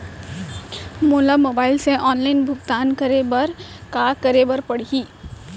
मोला मोबाइल से ऑनलाइन भुगतान करे बर का करे बर पड़ही?